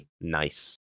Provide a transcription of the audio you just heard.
Nice